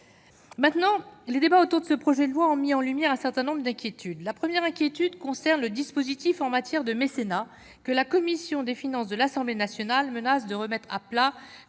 le texte ? Les débats autour de ce projet de loi ont mis en lumière un certain nombre d'inquiétudes. La première inquiétude concerne le dispositif en matière de mécénat, que la commission des finances de l'Assemblée nationale menace de remettre à plat,